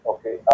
Okay